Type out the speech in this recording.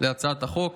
להצעת החוק.